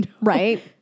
Right